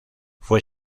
fue